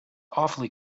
awfully